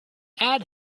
add